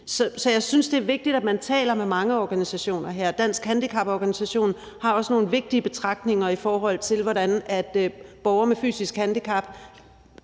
Så jeg synes, at det er vigtigt, at man taler med mange organisationer. Danske Handicaporganisationer har også nogle vigtige betragtninger, i forhold til hvordan borgere med fysisk handicap